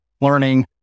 learning